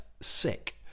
sick